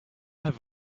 have